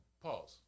Pause